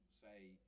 say